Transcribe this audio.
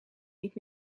niet